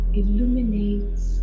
illuminates